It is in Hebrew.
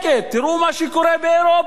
תראו מה שקורה באירופה.